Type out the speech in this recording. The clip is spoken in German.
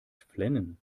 flennen